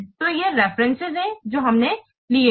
तो ये रेफ़्रेन्स हैं जो हमने लिया है